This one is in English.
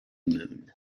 moon